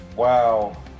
Wow